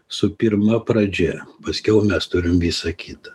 su pirma pradžia paskiau mes turim visa kita